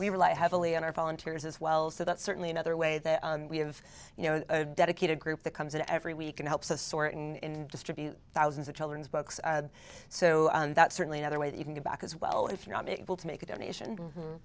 we rely heavily on our volunteers as well so that's certainly another way that we have you know dedicated group that comes in every week and helps us sort in distribute thousands of children's books i had so that certainly another way that you can give back as well if you're not able to make a donation